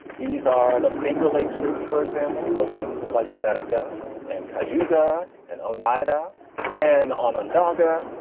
these are the finger lakes groups, for example. so language just like seneca and colunga and oneida and onondaga,